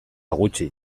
gutxi